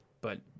but-